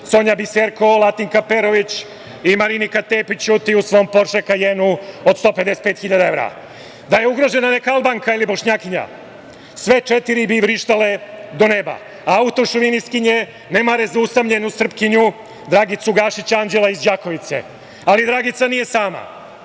Sonja Biserko, Latinka Perović i Marinika Tepić ću u svom Porše „Kajenu“ od 155.000 evra. Da je ugrožena neka Albanka ili Bošnjakinja sve četiri bi vrištale do neba. Autošovinistkinje ne mare za usamljenu Srpkinju Dragicu Gašić, anđela iz Đakovice. Ali, Dragica nije sama.